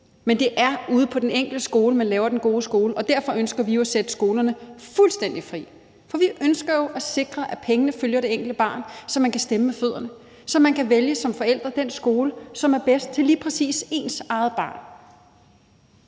Men det er ude på den enkelte skole, man laver den gode skole, og derfor ønsker vi jo at sætte skolerne fuldstændig fri, for vi ønsker jo at sikre, at pengene følger det enkelte barn, så man kan stemme med fødderne; så man som forældre kan vælge den skole, som er bedst til lige præcis ens eget barn.